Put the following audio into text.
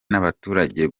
n’abaturage